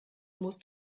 muss